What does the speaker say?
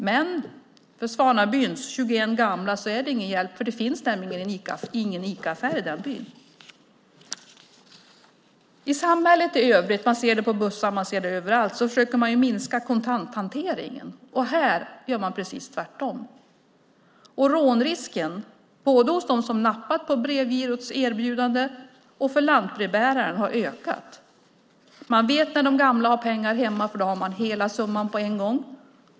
Men för Svanabyns 21 gamla är det ingen hjälp, för det finns nämligen ingen Icaaffär i den byn. I samhället i övrigt - vi ser det på bussar och överallt - försöker man minska kontanthanteringen. Här gör man precis tvärtom. Rånrisken både för dem som nappar på Brevgirots erbjudande och för lantbrevbäraren har ökat. Man vet när de gamla har pengar hemma, för då har de hela summan på en gång.